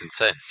insane